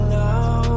now